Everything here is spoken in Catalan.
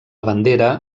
bandera